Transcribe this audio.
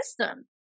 system